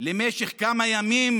למשך כמה ימים,